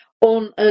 on